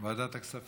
ועדת הכספים.